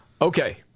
Okay